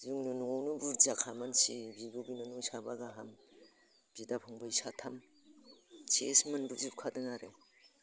जोंनि न'आवनो बुरजाखा मानसि बिब' बिनानाव साबा गाहाम बिदा फंबाय साथाम सेस मोनबोजोबखादों आरो